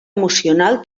emocional